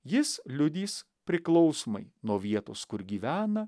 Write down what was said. jis liudys priklausomai nuo vietos kur gyvena